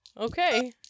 Okay